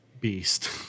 beast